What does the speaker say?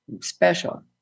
special